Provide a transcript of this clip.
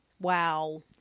Wow